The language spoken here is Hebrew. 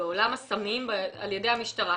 בעולם הסמים על ידי המשטרה,